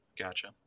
Gotcha